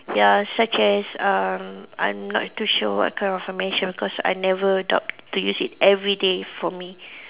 ya such as uh I'm not too sure what kind of foundation because I never doubt to use it everyday for me